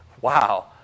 wow